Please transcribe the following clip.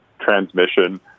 transmission